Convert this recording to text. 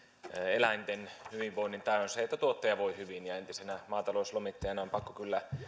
eläinten hyvinvoinnin tae on se että tuottaja voi hyvin entisenä maatalouslomittajana on pakko kyllä